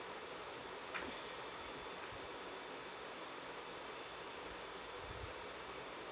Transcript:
mm